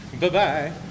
Bye-bye